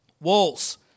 walls